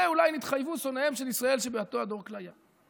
אולי נתחייבו שונאיהן של ישראל שבאותו הדור כליה.